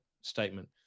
statement